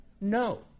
No